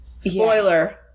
spoiler